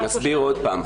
אני מסביר עוד פעם,